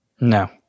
No